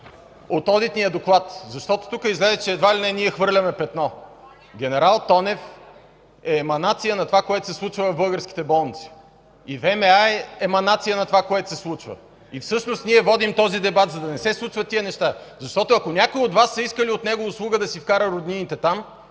от одитния доклад, защото тук излезе, че едва ли не ние хвърляме петно. Генерал Тонев е еманация на това, което се случва в българските болници, и ВМА е еманация на това, което се случва. Всъщност ние водим този дебат, за да не се случват тези неща, защото, ако някои от Вас са искали от него услуга да си вкарат роднините там,